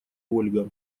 ольга